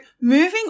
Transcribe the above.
moving